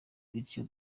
bityo